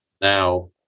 now